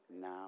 now